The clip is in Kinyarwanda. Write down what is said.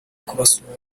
kubasura